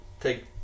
take